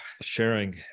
sharing